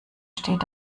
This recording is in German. steht